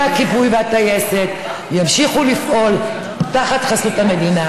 הכיבוי והטייסת ימשיכו לפעול תחת חסות המדינה,